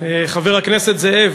חבר הכנסת זאב,